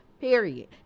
Period